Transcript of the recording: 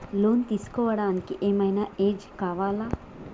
Loan తీస్కోవడానికి ఏం ఐనా ఏజ్ కావాలా?